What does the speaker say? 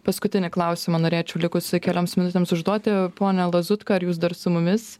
paskutinį klausimą norėčiau likus kelioms minutėms užduoti pone lazutka ar jūs dar su mumis